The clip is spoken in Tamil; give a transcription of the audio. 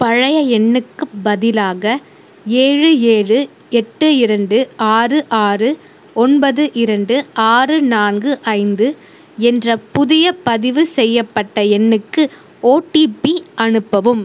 பழைய எண்ணுக்குப் பதிலாக ஏழு ஏழு எட்டு இரண்டு ஆறு ஆறு ஒன்பது இரண்டு ஆறு நான்கு ஐந்து என்ற புதிய பதிவுசெய்யப்பட்ட எண்ணுக்கு ஓடிபி அனுப்பவும்